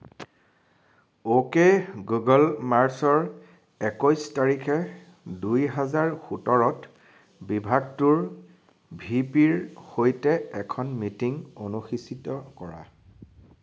okay Google মাৰ্চৰ একৈশ তাৰিখে দুহেজাৰ সোতৰত বিভাগটোৰ ভিপিৰ সৈতে এখন মিটিং অনুসূচীত কৰা